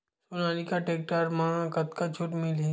Sonalika tractor म कतका छूट मिलही?